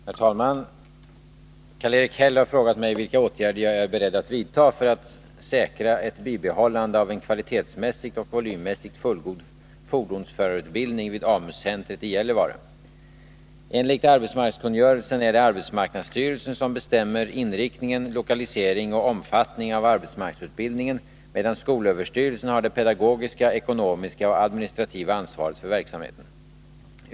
Herr talman! Karl-Erik Häll har frågat mig vilka åtgärder jag är beredd att vidta för att säkra ett bibehållande av en kvalitetsmässigt och volymmässigt fullgod fordonsförarutbildning vid AMU-centret i Gällivare. Enligt arbetsmarknadskungörelsen är det arbetsmarknadsstyrelsen som bestämmer inriktning, lokalisering och omfattning av arbetsmarknadsutbildningen, medan skolöverstyrelsen har det pedagogiska, ekonomiska och administrativa ansvaret för verksamheten.